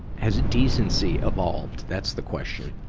has decency evolved, that's the question.